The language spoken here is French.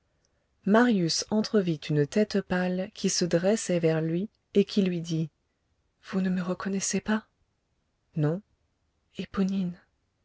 marius entrevit une tête pâle qui se dressait vers lui et qui lui dit vous ne me reconnaissez pas non